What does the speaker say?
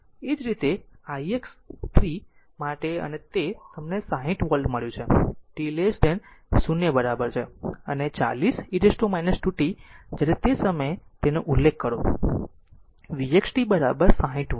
એ જ રીતે i 3 માટે અમને તે 60 V મળ્યું કે t બરાબર 0 છે અને 40 e t 2 t જ્યારે તે સમયે તેનો ઉલ્લેખ કરો vxt 60 V